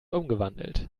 umgewandelt